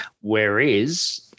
Whereas